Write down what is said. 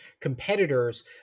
competitors